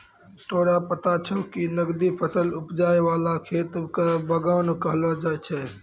तोरा पता छौं कि नकदी फसल उपजाय वाला खेत कॅ बागान कहलो जाय छै